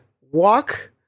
walk